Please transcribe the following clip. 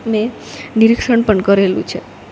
ને નિરીક્ષણ પણ કરેલું છે